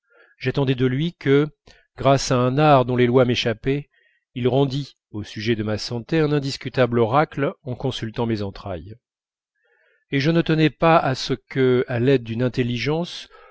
j'attendais de lui que grâce à un art dont les lois m'échappaient il rendît au sujet de ma santé un indiscutable oracle en consultant mes entrailles et je ne tenais pas à ce que à l'aide d'une intelligence